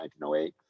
1908